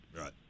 Right